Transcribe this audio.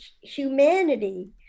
humanity